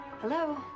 Hello